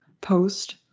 Post